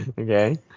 okay